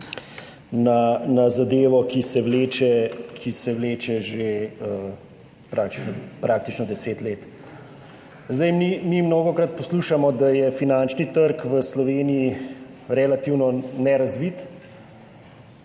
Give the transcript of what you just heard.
zadeve, ki se vleče že praktično deset let. Mi mnogokrat poslušamo, da je finančni trg v Sloveniji relativno nerazvit.